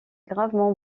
gravement